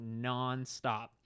nonstop